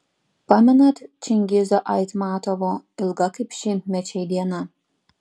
pamenat čingizo aitmatovo ilga kaip šimtmečiai diena